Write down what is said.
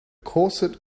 corset